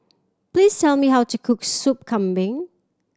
please tell me how to cook Soup Kambing